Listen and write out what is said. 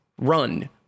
run